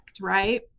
right